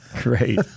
Great